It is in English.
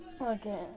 Okay